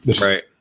right